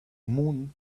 moon